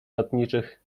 lotniczych